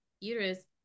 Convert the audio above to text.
uterus